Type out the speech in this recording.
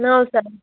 نو سَاس